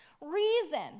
reason